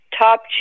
top